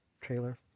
trailer